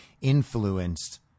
influenced